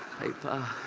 paper.